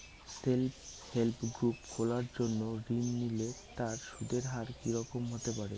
Self help group খোলার জন্য ঋণ নিলে তার সুদের হার কি রকম হতে পারে?